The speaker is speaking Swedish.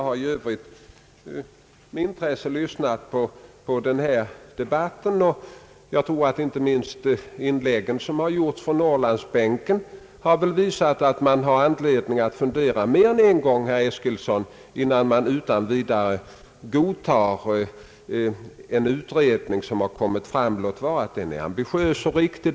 I övrigt har jag med intresse lyssnat på denna debatt, och jag tror att inte minst inläggen från mnorrlandsbänken visar att man har anledning att fundera mer än en gång, herr Eskilsson, innan man godtar den utredning som framlagts för Norrbottens läns landsting — låt vara att den är ambitiös och riktig.